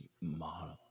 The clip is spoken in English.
model